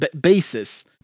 basis